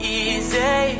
easy